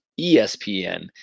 ESPN